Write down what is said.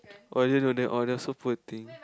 oh I didn't know that !aww! that's so poor thing